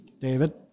David